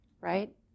right